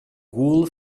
wool